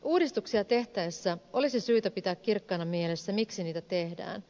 uudistuksia tehtäessä olisi syytä pitää kirkkaana mielessä miksi niitä tehdään